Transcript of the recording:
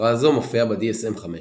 הפרעה זו מופיעה ב-DSM-5.